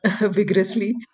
vigorously